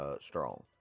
Strong